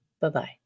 Bye-bye